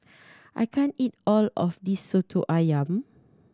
I can't eat all of this Soto Ayam